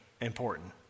important